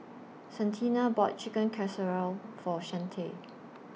Santina bought Chicken Casserole For Shante